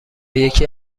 یکی